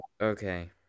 Okay